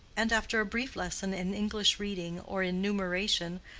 and after a brief lesson in english reading or in numeration,